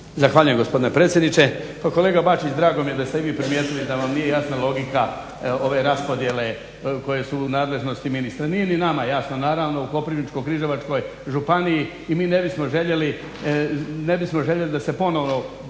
Zahvaljujem gospodine predsjedniče. Pa kolega Bačić drago mi je da ste i vi primijetili da vam nije jasna logika ove raspodjele koje su u nadležnosti ministra. Nije ni nama jasno naravno u Koprivničko-križevačkoj županiji i mi ne bismo željeli da se ponovno